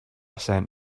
sent